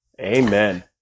Amen